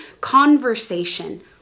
conversation